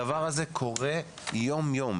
הדבר הזה קורה יום-יום.